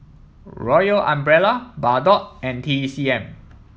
Royal Umbrella Bardot and T C M